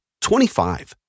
25